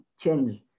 change